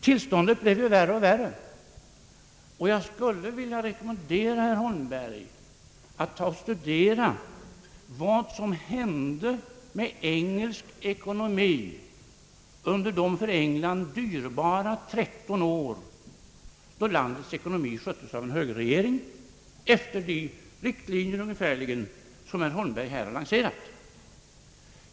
Tillståndet blev ju värre och värre, och jag skulle vilja rekommendera herr Holmberg att studera vad som hände med engelsk ekonomi under de för England dyrbara 13 år då landets ekonomi sköttes av en högerregering ungefärligen efter de riktlinjer som herr Holmberg har lanserat här.